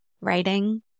writing